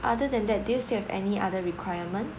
other than that do you still have any other requirement